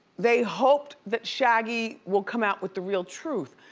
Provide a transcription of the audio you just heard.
they hoped that shaggy will come out with the real truth.